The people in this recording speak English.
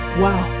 wow